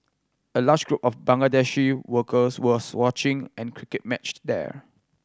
a large group of Bangladeshi workers was watching an cricket matched there